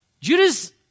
Judas